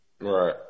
Right